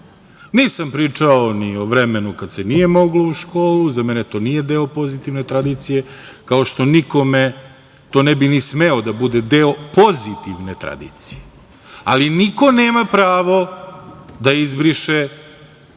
Nisam pričao ni o vremenu kada se nije moglo o školu. Za mene to nije deo pozitivne tradicije, kao što nikome to ne bi ni smeo da bude pozitivne tradicije, ali niko nema pravo da izbriše upravo pozitivne tekovine